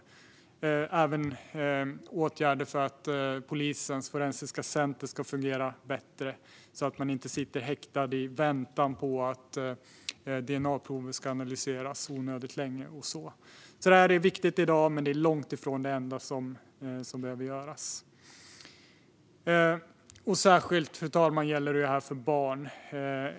Det gäller även åtgärder för att Nationellt forensiskt centrum inom polisen ska fungera bättre så att människor inte sitter häktade onödigt länge i väntan på att dna-prover ska analyseras. Det som görs i dag är viktigt, men det långt ifrån det enda som behöver göras. Fru talman! Detta gäller särskilt för barn.